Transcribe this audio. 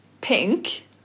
pink